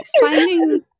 finding